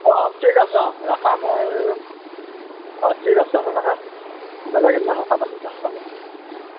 অঁ ঠিক আছে অঁ ৰাখা মই অঁ ঠিক আছে অঁ ৰাখা বেলেগ এদিনা কথা পাতিম হ'ব